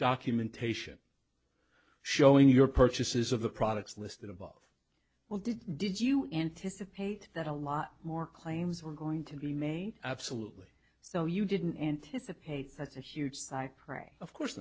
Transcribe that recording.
documentation showing your purchases of the products listed above well did did you anticipate that a lot more claims were going to be made absolutely so you didn't anticipate that's a huge cypre of course